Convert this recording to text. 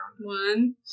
One